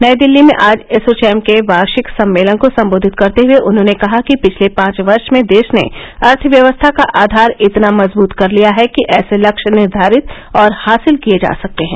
नई दिल्ली में आज एसोचैम के वार्षिक सम्मेलन को संबोधित करते हुए उन्होंने कहा कि पिछले पांच वर्ष मे देश ने अर्थव्यवस्था का आधार इतना मजबूत कर लिया है कि ऐसे लक्ष्य निर्धारित और हासिल किये जा सकते हैं